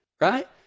right